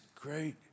great